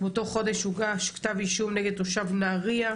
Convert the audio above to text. באותו חודש הוגש כתב אישום נגד תושב נהריה,